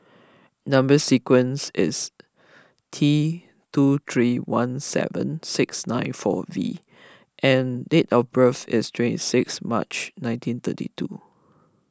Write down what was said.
Number Sequence is T two three one seven six nine four V and date of birth is twenty six March nineteen thirty two